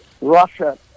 Russia